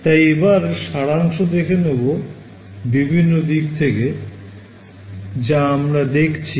তাই এবার সারাংশ দেখে নেবো বিভিন্ন দিক থেকে যা আমরা দেখছি